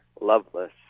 Loveless